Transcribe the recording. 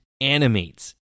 animates